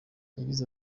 yagize